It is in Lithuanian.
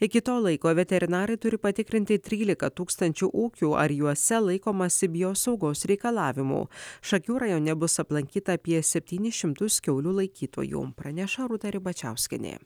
iki to laiko veterinarai turi patikrinti trylika tūkstančių ūkių ar juose laikomasi biosaugos reikalavimų šakių rajone bus aplankyta apie septynis šimtus kiaulių laikytojų praneša rūta ribačiauskienė